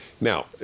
Now